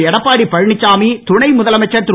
எடப்பாடி பழனிச்சாமி துணை முதலமைச்சர் திரு